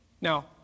Now